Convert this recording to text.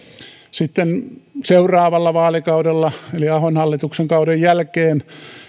sitten seuraavalla vaalikaudella eli ahon hallituksen kauden jälkeen